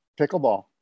pickleball